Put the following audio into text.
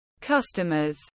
customers